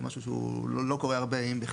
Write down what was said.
משהו שהוא לא קורה הרבה,